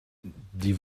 die